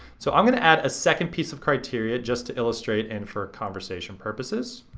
so i'm gonna add a second piece of criteria just to illustrate and for conversation purposes,